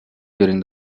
during